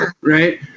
right